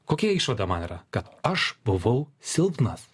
kokia išvada man yra kad aš buvau silpnas